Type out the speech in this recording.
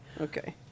Okay